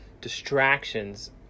distractions